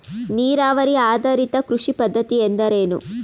ನೀರಾವರಿ ಆಧಾರಿತ ಕೃಷಿ ಪದ್ಧತಿ ಎಂದರೇನು?